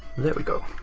there we go.